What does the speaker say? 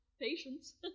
Patience